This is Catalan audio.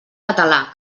català